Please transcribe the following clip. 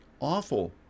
awful